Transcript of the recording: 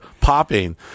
popping